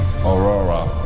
Aurora